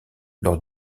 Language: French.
lors